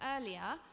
earlier